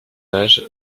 age